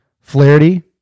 Flaherty